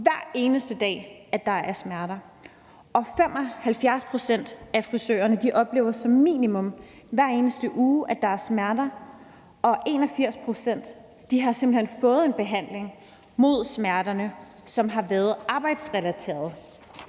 hver eneste dag, at de har smerter, 75 pct. af frisørerne oplever som minimum hver eneste uge, at de har smerter, og 81 pct. har fået en behandling af smerterne, som har været arbejdsrelaterede.